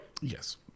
Yes